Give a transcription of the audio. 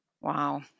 Wow